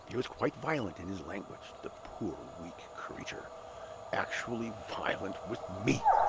he was quite violent in his language the poor weak creature actually violent with me!